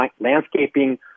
landscaping